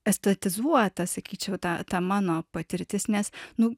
estetizuota sakyčiau ta ta mano patirtis nes nu